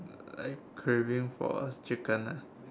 I craving for chicken ah